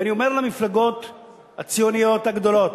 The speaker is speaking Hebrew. ואני אומר למפלגות הציוניות הגדולות,